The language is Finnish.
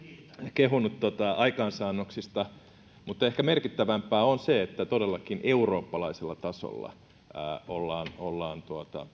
kehunut aikaansaannoksista mutta ehkä merkittävämpää on se että todellakin eurooppalaisella tasolla ollaan ollaan